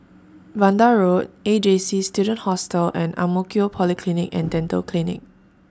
Vanda Road A J C Student Hostel and Ang Mo Kio Polyclinic and Dental Clinic